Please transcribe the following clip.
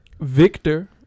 Victor